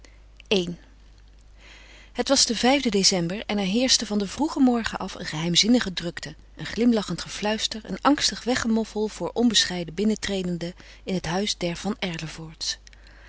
i het was de vijfde ecember en er heerschte van den vroegen morgen af een geheimzinnige drukte een glimlachend gefluister een angstig weggemoffel voor onbescheiden binnentredenden in het huis der van